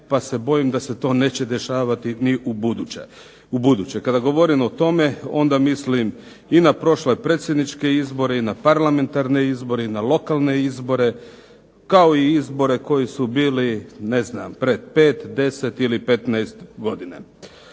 pa se bojim da se to neće dešavati ni u buduće. Kada govorim o tome onda mislim i na prošle predsjedničke izbore i na parlamentarne izbore, i na lokalne izbore kao i izbore koji su bili prije 5, 10 ili 15 godina.